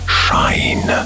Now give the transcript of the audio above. shine